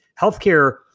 healthcare